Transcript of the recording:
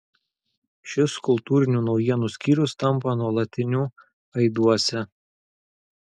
šis kultūrinių naujienų skyrius tampa nuolatiniu aiduose